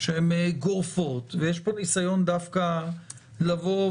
שהן גורפות, ויש פה ניסיון דווקא לומר: